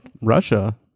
Russia